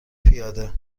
پیاده